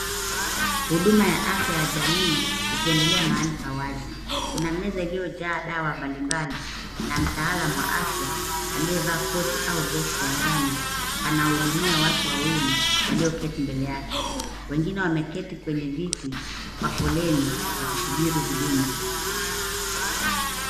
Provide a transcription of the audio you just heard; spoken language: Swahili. Huduma ya afya ya jamii ikiendelea mahali pa wazi kuna meza iliyo jaa dawa mbali mbali na mtaalamu wa afya aliye vaa koti au vest ya njano anahudumia watu wawili walio keti mbele yake. Wengine wameketi kwenye viti kwa foleni wakisubiri huduma.